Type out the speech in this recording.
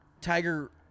Tiger